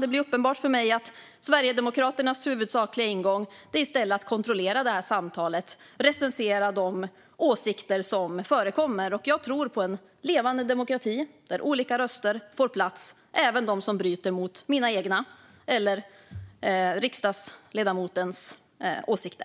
Det blir uppenbart för mig, fru talman, att Sverigedemokraternas huvudsakliga ingång i stället är att kontrollera samtalet och recensera de åsikter som förekommer. Jag tror på en levande demokrati där olika röster får plats, även röster som bryter av mot mina egna eller riksdagsledamotens åsikter.